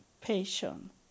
patience